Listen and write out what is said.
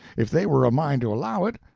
if they were a mind to allow it,